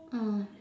mm